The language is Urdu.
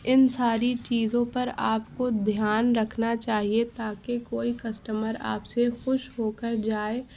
ان ساری چیزوں پر آپ کو دھیان رکھنا چاہیے تاکہ کوئی کسٹمر آپ سے خوش ہو کر جائے